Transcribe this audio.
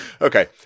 Okay